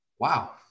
Wow